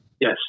yes